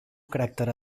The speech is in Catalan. caràcter